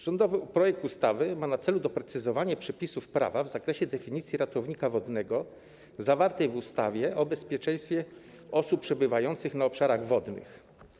Rządowy projekt ustawy ma na celu doprecyzowanie przepisów prawa w zakresie definicji ratownika wodnego zawartej w ustawie o bezpieczeństwie osób przebywających na obszarach wodnych.